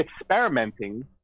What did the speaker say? experimenting